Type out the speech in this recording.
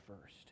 first